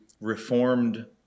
reformed